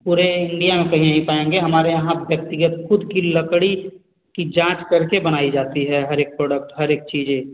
पूरे इंडिया में कहीं नहीं पायेंगे हमारे यहाँ व्यक्तिगत खुद की लकड़ी की जाँच करके बनाई जाती है हर एक प्रोडक्ट हर एक चीजे